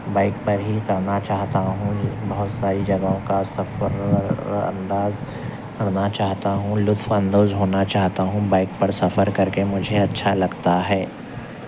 bike پر ہی کرنا چاہتا ہوں بہت ساری جگہوں کا سفر انداز کرنا چاہتا ہوں لطف اندوز ہونا چاہتا ہوں بائیک پر سفر کر کے مجھے اچھا لگتا ہے